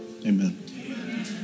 Amen